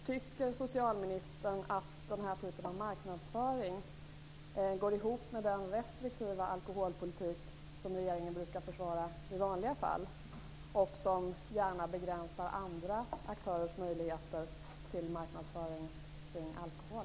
Tycker socialministern att den här typen av marknadsföring går ihop med den restriktiva alkoholpolitik som regeringen i vanliga fall brukar försvara och som begränsar andra aktörers möjligheter till marknadsföring av alkohol?